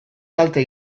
kalte